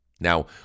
Now